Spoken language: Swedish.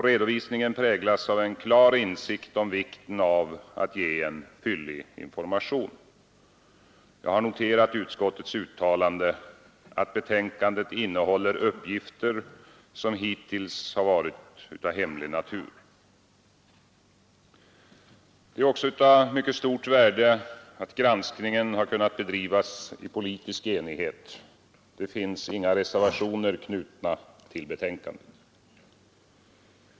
Redovisningen präglas av en klar insikt om vikten av att ge en fyllig information. Jag har noterat utskottets uttalande att betänkandet innehåller uppgifter som hittills har varit av hemlig natur. Av mycket stort värde är också att granskningen kunnat bedrivas i politisk enighet. Inga reservationer har knutits till betänkandet.